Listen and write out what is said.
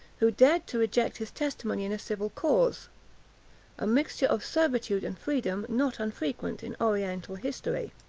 who dared to reject his testimony in a civil cause a mixture of servitude and freedom not unfrequent in oriental history.